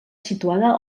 situada